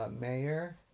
Mayor